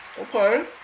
okay